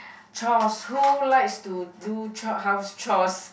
choirs who likes to do house choirs